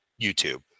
YouTube